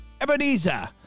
Ebenezer